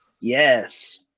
Yes